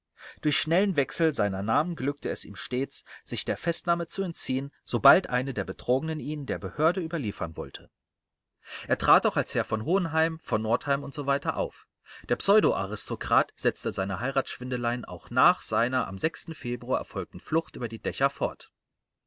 durch schnellen wechsel seiner namen glückte es ihm stets sich der festnahme zu entziehen sobald eine der betrogenen ihn der behörde überliefern wollte er trat auch als herr v hohenheim v nordheim usw auf der pseudo aristokrat setzte seine heiratsschwindeleien auch nach seiner am februar erfolgten flucht über die dächer fort